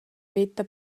veta